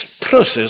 process